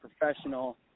professional